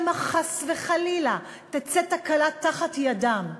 שמא חס וחלילה תצא תקלה מתחת ידם.